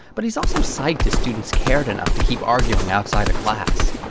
but he's also psyched his students cared enough to keep arguing outside of class.